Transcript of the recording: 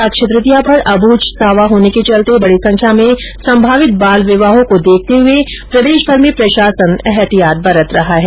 अक्षय तृतीया पर अबूझ सावा होने के चलते बडी संख्या में बाल विवाह की आंशका को देखते हुए प्रदेशभर में प्रशासन ऐहतियात बरत रहा है